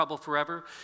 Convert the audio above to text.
forever